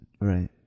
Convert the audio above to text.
right